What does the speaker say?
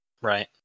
right